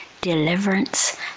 deliverance